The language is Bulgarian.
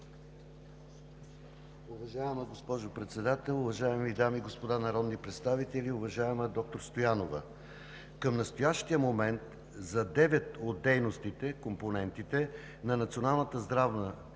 Уважаема госпожо Председател, уважаеми дами и господа народни представители! Уважаема доктор Стоянова, към настоящия момент за девет от дейностите – компонентите, на Националната здравна